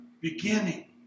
beginning